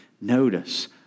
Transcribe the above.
Notice